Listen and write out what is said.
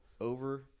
over